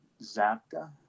Zapka